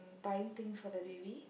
buying things for the baby